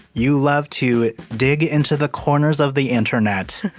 you love to dig into the corners of the internet.